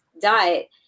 diet